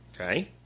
okay